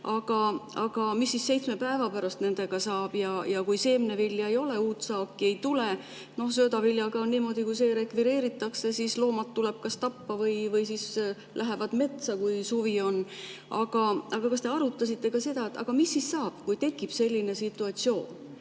Aga mis siis seitsme päeva pärast nendega saab, kui seemnevilja ei ole, uut saaki ei tule? Söödaviljaga on niimoodi, et kui see rekvireeritakse, siis loomad tuleb kas tappa või lähevad metsa, kui suvi on. Aga kas te arutasite ka seda, mis siis saab, kui tekib selline situatsioon?